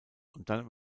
dann